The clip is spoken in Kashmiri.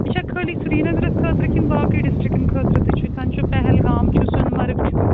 یہِ چھا خٲلی سریٖنگرَس خٲطرٕ کِنہٕ باقٕے ڈِسٹرکَن خٲطرٕ تہِ چھُ زَن چھُ پہلگام چھُ سۄنہٕ مَرٕگ چھُ